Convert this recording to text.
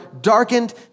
darkened